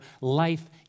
life